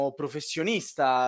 professionista